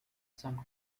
some